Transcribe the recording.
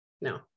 No